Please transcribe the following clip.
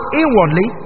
inwardly